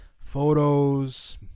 photos